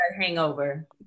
hangover